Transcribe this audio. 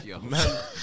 Man